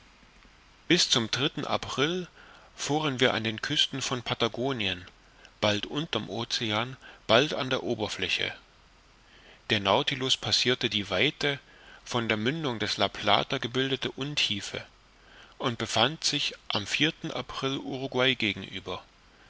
bis zum dritten april fuhren wir an den küsten von patagonien bald unter'm ocean bald an der oberfläche der nautilus passirte die weite von der mündung des la plata gebildete untiefe und befand sich am april uruguay gegenüber